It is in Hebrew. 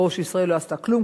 או שישראל לא עשתה כלום,